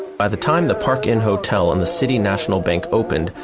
by the time the park inn hotel and the city national bank opened,